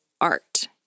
art